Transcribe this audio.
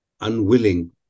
unwilling